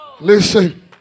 Listen